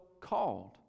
called